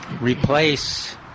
replace